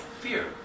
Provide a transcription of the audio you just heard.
Fear